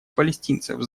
палестинцев